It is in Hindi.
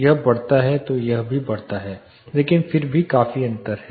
यह बढ़ता है तो यह भी बढ़ता है लेकिन फिर भी काफी अंतर है